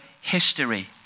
history